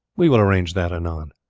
we will arrange that anon.